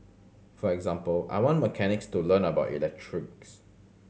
for example I want mechanics to learn about electrics